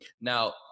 Now